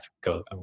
go